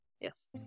Yes